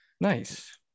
Nice